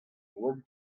oamp